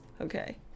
Okay